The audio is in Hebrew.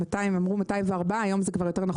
- אמרו 204 שקלים אבל היום זה כבר יותר,